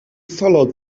followed